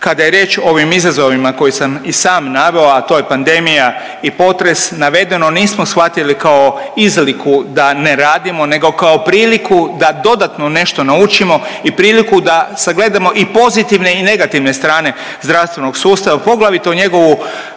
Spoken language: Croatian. Kada je riječ o ovim izazovima koje sam i sam naveo, a to je pandemija i potres, navedeno nismo shvatili kao izliku da ne radimo nego kao priliku da dodatno nešto naučimo i priliku da sagledamo i pozitivne i negativne strane zdravstvenog sustava, poglavito njegovu